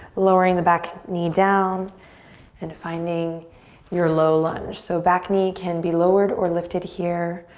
lowering the back knee down and finding your low lunge. so back knee can be lowered or lifted here.